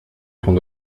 front